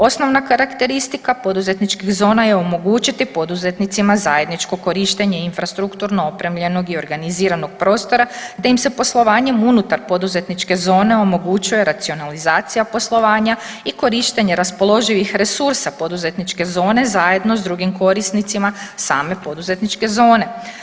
Osnovna karakteristika poduzetničkih zona je omogućiti poduzetnicima zajedničko korištenje infrastrukturno opremljenog i organiziranog prostora te im se poslovanjem unutar poduzetničke zone omogućuje racionalizacija poslovanja i korištenje raspoloživih resursa poduzetničke zone zajedno s drugim korisnicima sa poduzetničke zone.